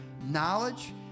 knowledge